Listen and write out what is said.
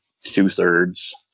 two-thirds